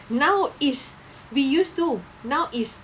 now is we used to now is